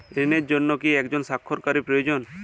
ঋণের জন্য কি একজন স্বাক্ষরকারী প্রয়োজন?